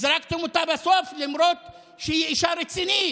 זרקתם אותה בסוף, למרות שהיא אישה רצינית.